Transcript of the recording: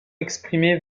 exprimé